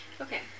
Okay